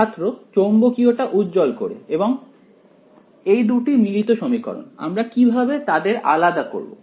ছাত্র চৌম্বকীয়টা উজ্জ্বল করে এবং এই দুটি মিলিত সমীকরণ আমরা কিভাবে তাদের আলাদা করব